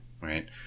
Right